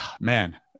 man